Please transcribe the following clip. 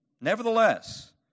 Nevertheless